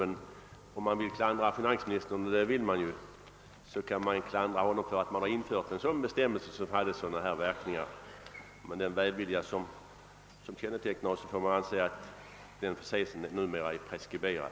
Men om man också vill klandra finansministern — och det vill man ju — så kan man göra det för att han infört en bestämmelse med sådana verkningar. Med den välvilja som kännetecknar oss får man dock anse att den saken nu är preskriberad.